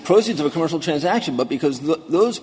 proceeds of a commercial transaction but because th